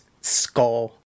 skull